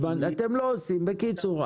אתם לא עושים בקיצור,